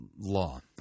law